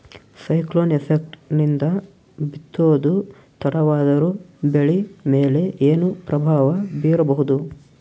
Cyclone effect ನಿಂದ ಬಿತ್ತೋದು ತಡವಾದರೂ ಬೆಳಿ ಮೇಲೆ ಏನು ಪ್ರಭಾವ ಬೀರಬಹುದು?